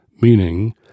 meaning